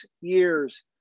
years